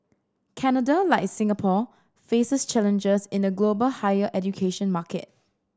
Canada like Singapore faces challenges in a global higher education market